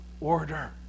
order